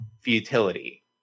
futility